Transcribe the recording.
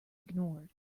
ignored